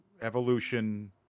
evolution